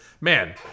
man